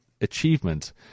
achievement